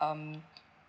um